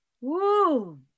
Woo